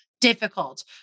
difficult